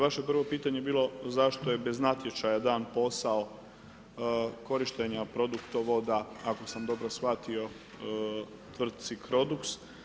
Vaše prvo pitanje je bilo zašto je bez natječaja dan posao korištenja Produktovoda ako sam dobro shvatio tvrtci Crodux?